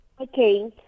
Okay